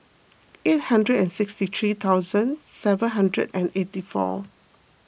eight hundred and sixty three thousand seven hundred and eighty four